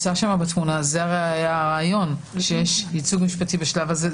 זה היה הרעיון שיש ייצוג משפטי בשלב הזה.